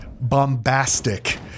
bombastic